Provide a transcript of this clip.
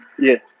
Yes